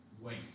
wait